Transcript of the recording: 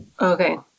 Okay